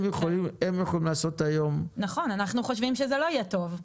אבל הם יכולים לעשות היום -- אנחנו חושבים שזה לא יהיה טוב,